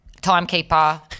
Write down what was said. timekeeper